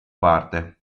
parte